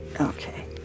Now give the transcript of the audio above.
Okay